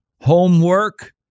homework